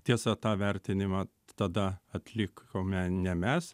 tiesa tą vertinimą tada atlikome ne mes